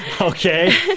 Okay